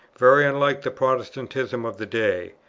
very unlike the protestantism of the day,